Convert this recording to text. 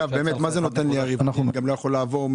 ברבעון אני יכול לעבור?